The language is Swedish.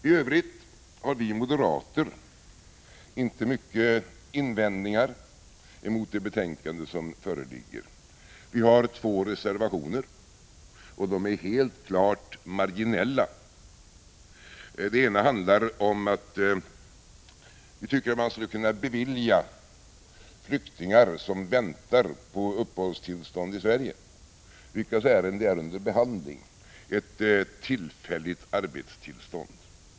I övrigt har vi moderater inte många invändningar mot det betänkande som föreligger. Vi har två reservationer, och de är helt klart marginella. Den ena handlar om att vi tycker att man skulle kunna bevilja flyktingar, som väntar på uppehållstillstånd i Sverige och vilkas ärenden är under behandling, ett tillfälligt arbetstillstånd.